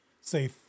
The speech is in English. say